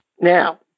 Now